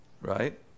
Right